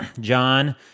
John